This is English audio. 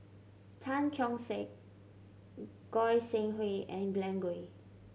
Tan Keong Saik Goi Seng Hui and Glen Goei